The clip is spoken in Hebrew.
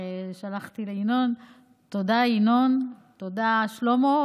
תודה רבה לכולם,